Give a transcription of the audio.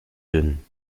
dünn